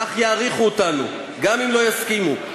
כך יעריכו אותנו גם אם לא יסכימו,